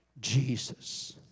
Jesus